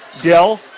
Dell